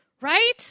right